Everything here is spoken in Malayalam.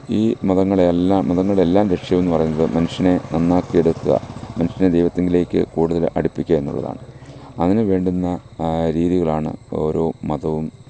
ഈ മതങ്ങളെ എല്ലാം മതങ്ങളുടെ എല്ലാം ലക്ഷ്യമെന്ന് പറയുന്നത് മനുഷ്യനെ നന്നാക്കിയെടുക്കുക മനുഷ്യനെ ദൈവത്തിങ്കലേക്ക് കൂടുതൽ അടുപ്പിക്കുക എന്നുള്ളതാണ് അതിന് വേണ്ടുന്ന ആ രീതികളാണ് ഓരോ മതവും